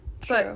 True